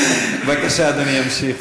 בבקשה, אדוני ימשיך.